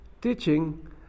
teaching